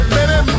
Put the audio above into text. Baby